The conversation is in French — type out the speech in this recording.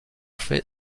fait